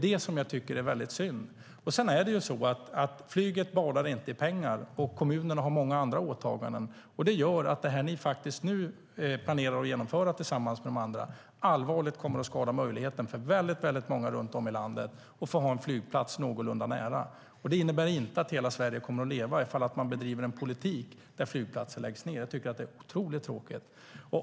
Det är väldigt synd. Flyget badar inte i pengar. Kommunerna har många andra åtaganden. Det gör att det ni nu planerar att genomföra tillsammans med de andra allvarligt kommer att skada möjligheten för väldigt många runt om i landet att få ha en flygplats någorlunda nära. Det innebär inte att hela Sverige kommer att leva om man bedriver en politik där flygplatser läggs ned. Det är otroligt tråkigt.